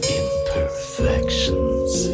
imperfections